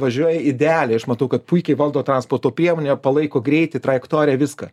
važiuoja idealiai aš matau kad puikiai valdo transporto priemonę palaiko greitį trajektoriją viską